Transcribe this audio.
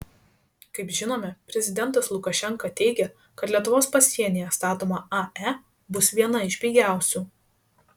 kaip žinome prezidentas lukašenka teigia kad lietuvos pasienyje statoma ae bus viena iš pigiausių